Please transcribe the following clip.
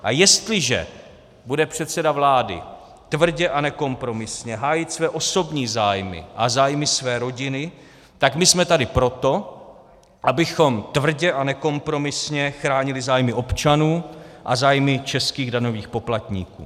A jestliže bude předseda vlády tvrdě a nekompromisně hájit své osobní zájmy a zájmy své rodiny, tak my jsme tady proto, abychom tvrdě a nekompromisně chránili zájmy občanů a zájmy českých daňových poplatníků.